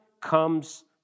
comes